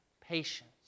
patience